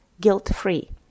guilt-free